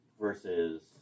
versus